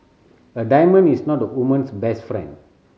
a diamond is not a woman's best friend